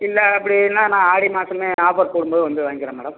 இல்லை அப்படின்னா நான் ஆடி மாதமே ஆஃபர் போடும் போது வந்து வாங்கிக்கிறேன் மேடம்